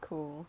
cool